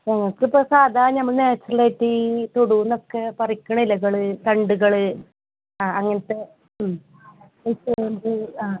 ഓ നമുക്കിപ്പോൾ സാധാരണ നമ്മൾ നാച്ചുറലായിട്ടീ തൊടിന്നൊക്കെ പറിക്കണ ഇലകൾ തണ്ടുകൾ ആ അങ്ങനത്തെ ഫുഡ് അറേഞ്ച് ആ